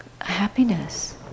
happiness